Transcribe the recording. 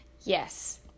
Yes